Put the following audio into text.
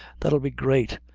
that'll be great.